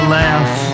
laugh